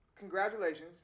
congratulations